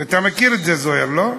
אתה מכיר את זה, זוהיר, לא?